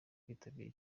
kwitabira